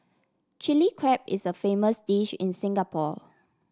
Chilli Crab is a famous dish in Singapore